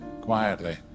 quietly